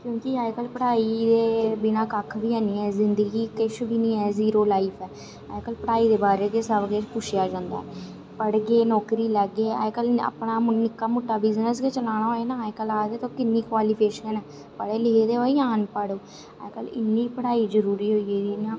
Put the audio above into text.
क्योंकि अज्जकल पढ़ाई दे बिना कक्ख बी ऐ नि जिदंगी किश बी नेईं ऐ जीरो लाइफ ऐ अज्जकल पढ़ाई दे बारे गै सब किश पुच्छेआ जंदा ऐ पढ़गे नौकरी लैग्गे अज्जकल अपना कोई निक्का मुट्टा बिजनेस गै चलाना होऐ न अज्जकल आखदे कि तुंदी किन्नी क्बालिफिकेशन ऐ पढ़े लिखे दे ओ जां अनपढ़ ओ अज्जकल इन्नी पढ़ाई जरूरी होई गेदी ऐ इयां